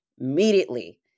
immediately